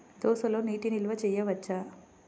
దోసలో నీటి నిల్వ చేయవచ్చా?